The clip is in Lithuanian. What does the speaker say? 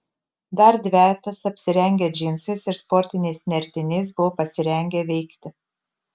dar dvejetas apsirengę džinsais ir sportiniais nertiniais buvo pasirengę veikti